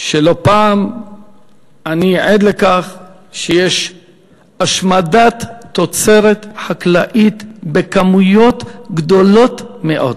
שלא פעם אני עד לכך שיש השמדת תוצרת חקלאית בכמויות גדולות מאוד,